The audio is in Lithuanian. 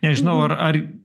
nežinau ar ar